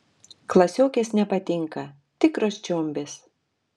klasiokės nepatinka tikros čiombės